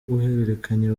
guhererekanya